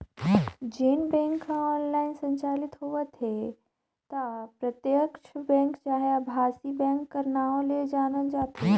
जेन बेंक ह ऑनलाईन संचालित होवत हे ल प्रत्यक्छ बेंक चहे अभासी बेंक कर नांव ले जानल जाथे